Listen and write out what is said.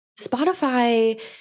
Spotify